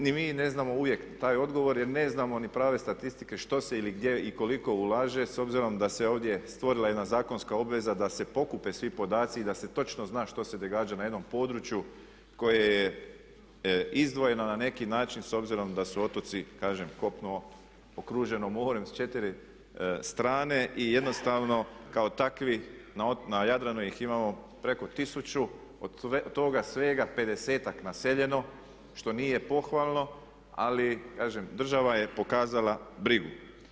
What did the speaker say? Ni mi ne znamo uvijek taj odgovor jer ne znamo ni prave statistike što se ili gdje i koliko ulaže s obzirom da se ovdje stvorila jedna zakonska obveza da se pokupe svi podaci i da se točno zna što se događa na jednom području koje je izdvojena na neki način s obzirom da su otoci kažem kopno okruženo morem s 4 strane i jednostavno kao takvi na Jadranu ih imamo preko tisuću, od toga svega 50-tak naseljeno što nije pohvalno ali kažem država je pokazala brigu.